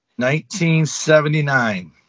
1979